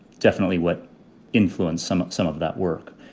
definitely what influence some some of that work,